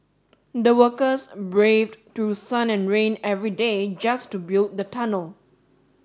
the workers braved through sun and rain every day just to build the tunnel